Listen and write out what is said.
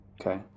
Okay